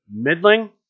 Midling